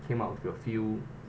came out with a few